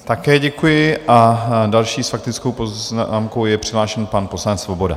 Také děkuji a další s faktickou poznámkou je přihlášen pan poslanec Svoboda.